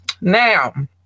now